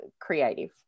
creative